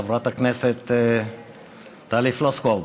חברת הכנסת טלי פלוסקוב,